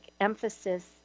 emphasis